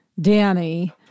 Danny